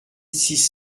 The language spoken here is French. six